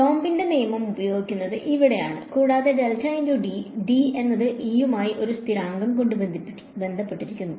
കൂലോംബിന്റെ നിയമം ഉപയോഗിക്കുന്നത് ഇവിടെയാണ് കൂടാതെ D എന്നത് E യുമായി ഒരു സ്ഥിരാങ്കം കൊണ്ട് ബന്ധപ്പെട്ടിരിക്കുന്നു